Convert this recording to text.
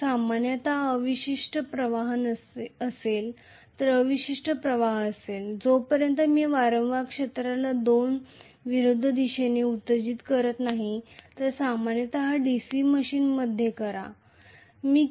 सामान्यत उर्वरित प्रवाह असतील जोपर्यंत मी वारंवार दोन विरुद्ध दिशेने फील्ड एक्साइट करेपर्यंत जे मी डीसी मशीनमध्ये सामान्यपणे करणार नाही